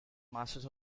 masters